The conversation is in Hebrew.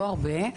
לא הרבה,